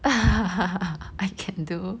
I can do